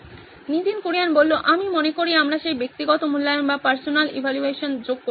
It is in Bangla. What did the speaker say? নীতিন কুরিয়ান আমি মনে করি আমরা সেই ব্যক্তিগত মূল্যায়ন যোগ করতে পারি